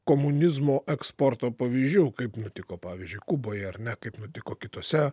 komunizmo eksporto pavyzdžių kaip nutiko pavyzdžiui kuboje ar ne kaip nutiko kitose